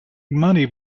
money